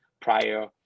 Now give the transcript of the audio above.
prior